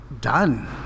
done